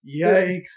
yikes